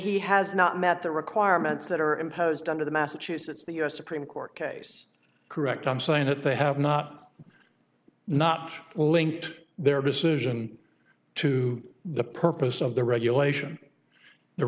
he has not met the requirements that are imposed under the massachusetts the u s supreme court case correct i'm saying that they have not not linked their decision to the purpose of the regulation the